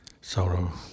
Sorrow